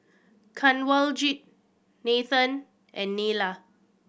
Kanwaljit Nathan and Neila